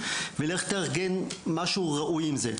ולך תארגן משהו ראוי עם זה.